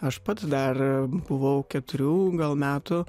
aš pats dar buvau keturių gal metų